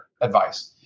advice